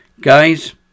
Guys